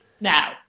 now